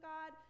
God